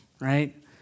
right